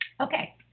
Okay